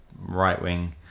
right-wing